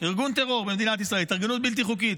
ארגון טרור במדינת ישראל, התארגנות בלתי חוקית.